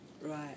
Right